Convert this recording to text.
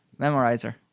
memorizer